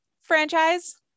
franchise